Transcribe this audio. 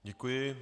Děkuji.